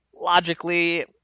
logically